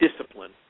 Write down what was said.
discipline